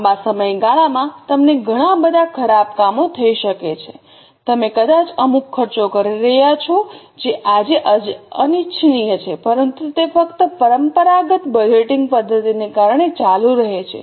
લાંબા સમયગાળામાં તમને ઘણાં બધાં ખરાબ કામો થઈ શકે છે તમે કદાચ અમુક ખર્ચો કરી રહ્યા છો જે આજે અનિચ્છનીય છે પરંતુ તે ફક્ત પરંપરાગત બજેટિંગ પદ્ધતિને કારણે ચાલુ રહે છે